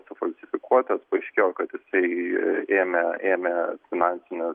sufalsifikuotas paaiškėjo kad tai ėmė ėmė finansines